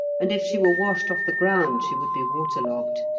and if she were washed off the ground she would be water-logged.